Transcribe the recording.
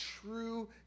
true